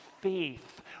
faith